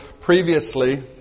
previously